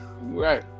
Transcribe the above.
Right